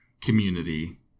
community